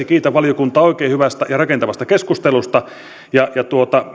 kiitän valiokuntaa oikein hyvästä ja rakentavasta keskustelusta kuten puheenjohtaja tuossa totesi